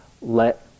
let